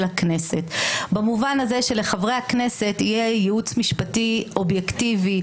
הכנסת במובן הזה שלחברי הכנסת יהיה ייעוץ משפטי אובייקטיבי,